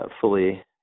fully